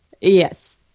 Yes